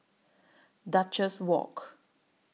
Duchess Walk